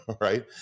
right